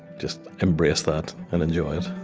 just embrace that and enjoy it